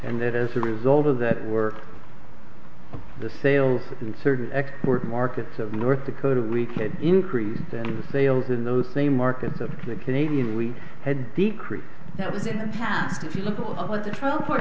and that as a result of that work the sales inserted export markets of north dakota we could increase in the sales in those same markets of the canadian we had a decrease that was in the past if you look at the trial